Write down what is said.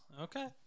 okay